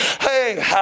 hey